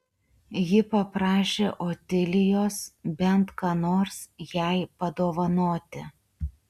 ji paprašė otilijos bent ką nors jai padovanoti